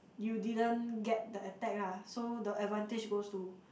you didn't get the attack ah so the advantage goes to